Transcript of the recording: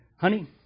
Honey